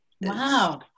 Wow